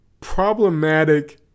problematic